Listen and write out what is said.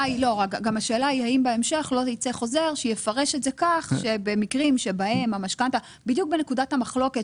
כולם מכירים את המקרה שהתפרסם לפני מספר חודשים